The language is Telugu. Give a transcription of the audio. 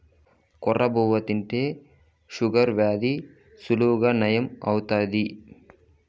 కొర్ర బువ్వ తింటే షుగర్ వ్యాధి సులువుగా నయం అవుతాది